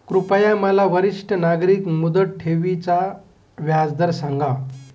कृपया मला वरिष्ठ नागरिक मुदत ठेवी चा व्याजदर सांगा